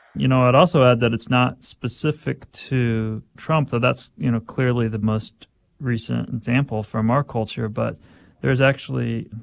you know, i'd also add that it's not specific to trump, that that's, you know, clearly the most recent example from our culture, but there is actually,